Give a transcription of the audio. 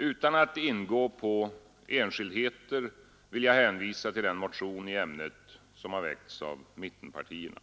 Utan att ingå på enskildheter vill jag hänvisa till den motion i ämnet som väckts av mittenpartierna.